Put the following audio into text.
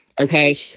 Okay